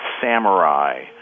Samurai